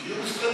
זה דיון אסטרטגי.